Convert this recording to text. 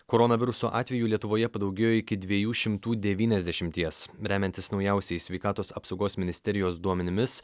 koronaviruso atvejų lietuvoje padaugėjo iki dviejų šimtų devyniasdešimties remiantis naujausiais sveikatos apsaugos ministerijos duomenimis